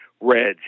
Reds